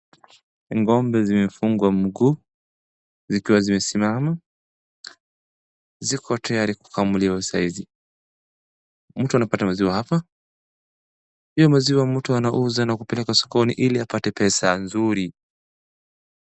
Ng'ombe zimefungwa mguu zikiwa zimesimama, ziko tayari kukamuliwa sahizi. Mtu anapata maziwa hapa, hiyo maziwa mtu anauza na kupeleka sokoni ili apate pesa nzuri.